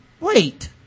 wait